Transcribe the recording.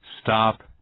stop